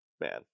Man